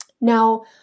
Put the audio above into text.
Now